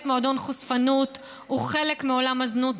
מועדון חשפנות הוא חלק מעולם הזנות,